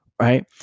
Right